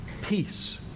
Peace